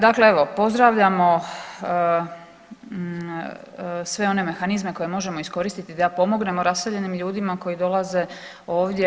Dakle, evo pozdravljamo sve one mehanizme koje možemo iskoristiti da pomognemo raseljenim ljudima koji dolaze ovdje.